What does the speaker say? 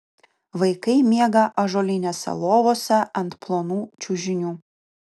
vaikai miega ąžuolinėse lovose ant plonų čiužinių